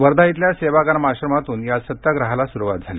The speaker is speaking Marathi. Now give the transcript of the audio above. वर्धा इथल्या सेवाग्राम आश्रमातून या सत्याग्रहाला सुरूवात झाली